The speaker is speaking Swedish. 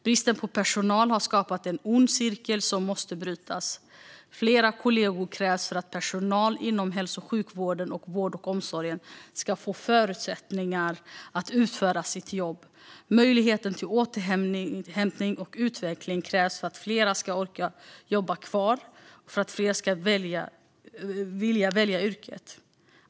Bristen på personal har skapat en ond cirkel som måste brytas. Fler kollegor krävs för att personal inom hälso och sjukvården och vården och omsorgen ska få förutsättningar att utföra sitt jobb. Möjlighet till återhämtning och utveckling krävs för att fler ska orka jobba kvar och för att fler ska vilja välja yrket.